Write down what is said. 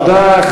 תודה.